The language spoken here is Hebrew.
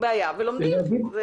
בעיה ולומדים.